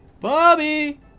Bobby